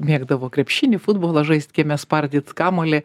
mėgdavo krepšinį futbolą žaist kieme spardyt kamuolį